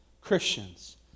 Christians